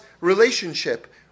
relationship